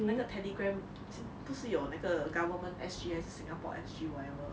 那个 telegram 不是有那个 government S_G 还是 singapore S_G whatever